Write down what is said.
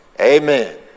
Amen